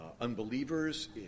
unbelievers